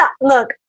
Look